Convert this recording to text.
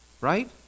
Right